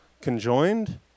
conjoined